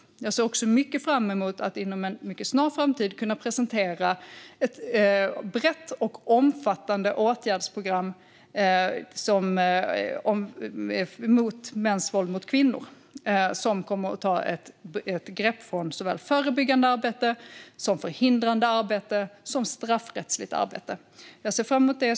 Men jag ser också mycket fram emot att inom en mycket snar framtid kunna presentera ett brett och omfattande åtgärdsprogram mot mäns våld mot kvinnor, som kommer att ta ett grepp om såväl förebyggande arbete som förhindrande och straffrättsligt arbete. Jag ser fram emot detta.